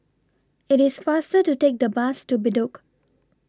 IT IS faster to Take The Bus to Bedok